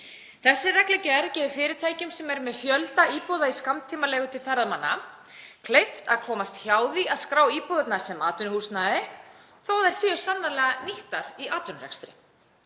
Þessi reglugerð gefur fyrirtækjum sem eru með fjölda íbúða í skammtímaleigu til ferðamanna kleift að komast hjá því að skrá íbúðirnar sem atvinnuhúsnæði þótt þær séu sannarlega nýttar í atvinnurekstri.